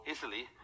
Italy